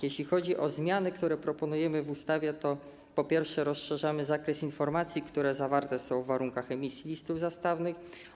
Jeśli chodzi o zmiany, które proponujemy w ustawie, to, po pierwsze, rozszerzamy zakres informacji, które zawarte są w warunkach emisji listów zastawnych.